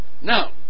Now